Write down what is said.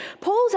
Paul's